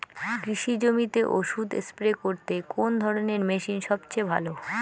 কৃষি জমিতে ওষুধ স্প্রে করতে কোন ধরণের মেশিন সবচেয়ে ভালো?